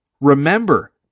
remember